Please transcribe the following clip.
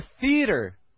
theater